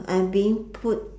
I'm being put